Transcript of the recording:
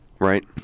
Right